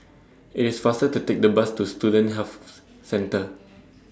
IT IS faster to Take The Bus to Student Health Centre